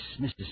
Mrs